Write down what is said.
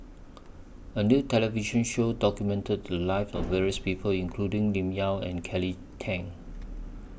A New television Show documented The Lives of various People including Lim Yau and Kelly Tang